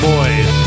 Boys